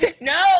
No